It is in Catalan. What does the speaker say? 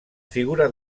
figura